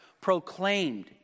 proclaimed